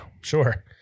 sure